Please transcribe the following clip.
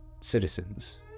citizens